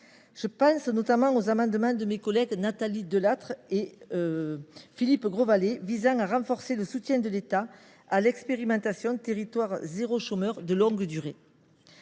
Je pense notamment aux amendements de mes collègues Nathalie Delattre et Philippe Grosvalet visant à renforcer le soutien de l’État à l’expérimentation Territoires zéro chômeur de longue durée.